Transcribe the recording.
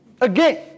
Again